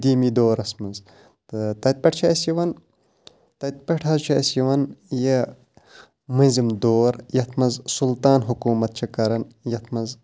قدیٖمی دورَس منٛز تہٕ تَتہِ پیٚٹھ چھِ اَسہِ یِوان تَتہِ پیٚٹھ حظ چھُ اَسہِ یِوان یہِ مٔنٛزِم دور یَتھ منٛز سُلطان حکوٗمَت چھِ کَران یَتھ منٛز